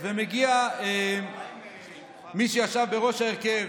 ומגיע מי שישב בראש ההרכב,